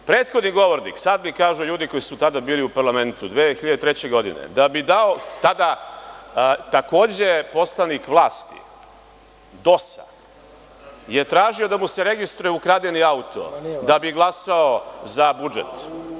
Prethodni govornik, sada mi kažu ljudi koji su tada bili u parlamentu, 2003. godine da je tada takođe poslanik vlasti DOS-a tražio da mu se registruje ukradeni auto da bi glasao za budžet.